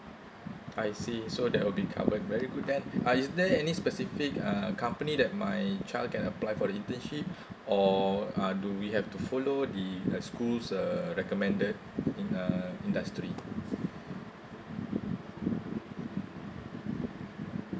I see so that will be covered very good that uh is there any specific uh company that my child can apply for internship or uh do we have to follow the the schools uh recommended in uh industry